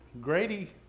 Grady